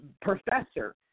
Professor